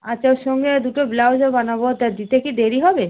আর তার সঙ্গে দুটো ব্লাউজও বানাবো দিতে কি দেরি হবে